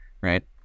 right